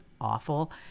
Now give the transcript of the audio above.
awful